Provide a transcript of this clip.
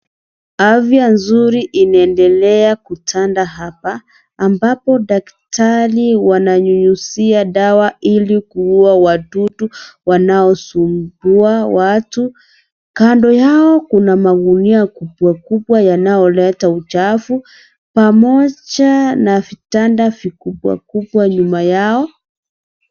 Afya nzuri inaendelea kutanda hapa ambapo daktari wananyunyusia dawa ili kuua wadudu wanaosumbua watu .Kando yao kuna magunia kubwa yanayoleta uchafu pamoja na vitanda vikubwa kubwa nyuma yao.